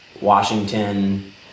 Washington